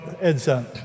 Edson